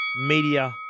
media